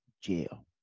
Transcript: jail